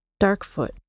Darkfoot